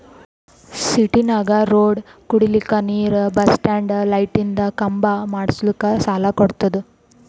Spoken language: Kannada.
ಸಿಟಿನಾಗ್ ರೋಡ್ ಕುಡಿಲಕ್ ನೀರ್ ಬಸ್ ಸ್ಟಾಪ್ ಲೈಟಿಂದ ಖಂಬಾ ಮಾಡುಸ್ಲಕ್ ಸಾಲ ಕೊಡ್ತುದ